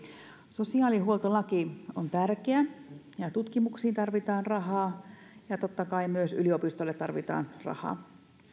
sosiaalihuoltolaki on tärkeä ja tutkimuksiin tarvitaan rahaa ja totta kai myös yliopistoille tarvitaan rahaa